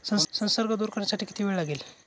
संसर्ग दूर करण्यासाठी किती वेळ लागेल?